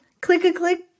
click-a-click